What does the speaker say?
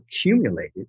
accumulated